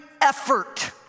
effort